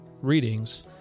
readings